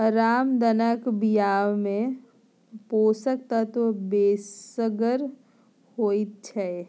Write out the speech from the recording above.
रामदानाक बियामे पोषक तत्व बेसगर होइत छै